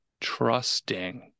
trusting